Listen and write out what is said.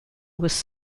was